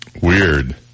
weird